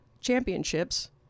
championships